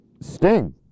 Sting